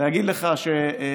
להגיד לך שאפשר?